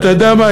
אתה יודע מה,